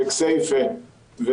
בכסייפה,